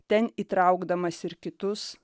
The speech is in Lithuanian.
ten įtraukdamas ir kitus